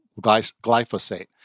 glyphosate